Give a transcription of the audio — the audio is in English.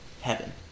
heaven